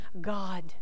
God